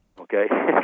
Okay